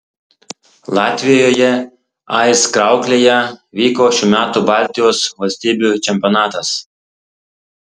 latvijoje aizkrauklėje vyko šių metų baltijos valstybių čempionatas